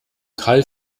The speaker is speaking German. carl